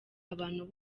abantu